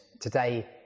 Today